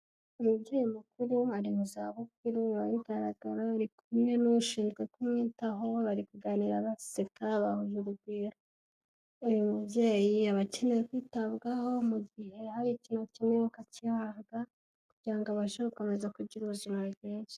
Umubyeyi mukuru ari mu zabukuru biba bigaragara, ari kumwe n'ushinzwe kumwitaho bari kuganira baseka bahuje urugwiro. Uyu mubyeyi aba akeneye kwitabwaho mu gihe hari ikintu akeneye akagihabwa kugira ngo abashe gukomeza kugira ubuzima bwiza.